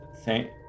thank